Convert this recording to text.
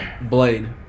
Blade